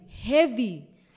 heavy